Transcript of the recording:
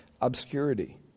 obscurity